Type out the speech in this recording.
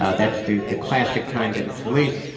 ah that's the the classic time that it's released,